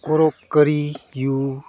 ꯀꯣꯔꯣꯛꯀꯔꯤ U